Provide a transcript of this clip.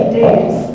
days